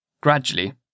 gradually